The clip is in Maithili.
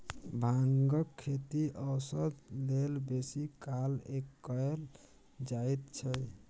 भांगक खेती औषध लेल बेसी काल कएल जाइत छै